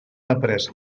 après